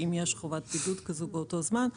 אם יש חובת בידוד כזאת באותו זמן,